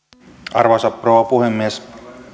arvoisa rouva puhemies